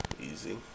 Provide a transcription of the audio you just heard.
Easy